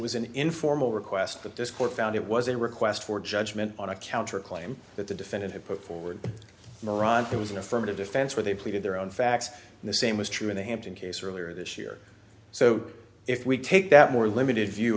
was an informal request that this court found it was a request for judgment on a counter claim that the defendant had put forward moron it was an affirmative defense where they pleaded their own facts the same was true in the hampton case earlier this year so if we take that more limited view